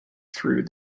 through